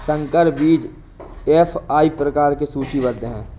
संकर बीज एफ.आई प्रकार में सूचीबद्ध है